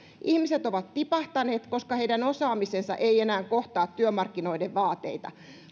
ihmiset ovat tipahtaneet koska heidän osaamisensa ei enää kohtaa työmarkkinoiden vaateita